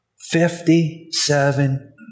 Fifty-seven